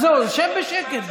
אז שב בשקט.